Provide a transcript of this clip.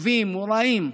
טובים מול רעים,